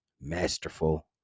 masterful